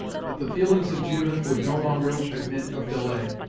but the feelings of judith would no longer admit of delay.